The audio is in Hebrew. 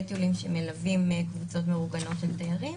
טיולים שמלווים קבוצות מאורגנות של תיירים